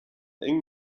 eng